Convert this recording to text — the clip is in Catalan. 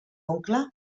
oncle